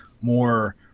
more